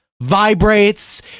vibrates